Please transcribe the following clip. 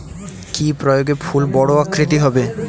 কি প্রয়োগে ফুল বড় আকৃতি হবে?